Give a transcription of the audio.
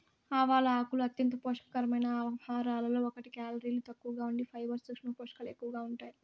ఆవాల ఆకులు అంత్యంత పోషక కరమైన ఆహారాలలో ఒకటి, కేలరీలు తక్కువగా ఉండి ఫైబర్, సూక్ష్మ పోషకాలు ఎక్కువగా ఉంటాయి